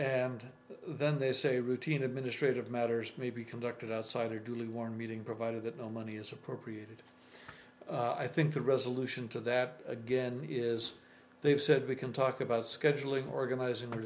and then they say routine administrative matters may be conducted outside or duly one meeting provided that no money is appropriated i think the resolution to that again is they've said we can talk about scheduling organizing